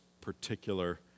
particular